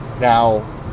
now